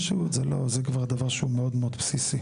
זה כבר דבר שהוא מאוד מאוד בסיסי.